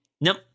nope